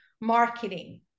marketing